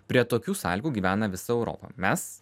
prie tokių sąlygų gyvena visa europa mes